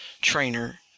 trainer